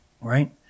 Right